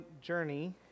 journey